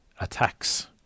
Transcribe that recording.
attacks